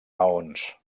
maons